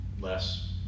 less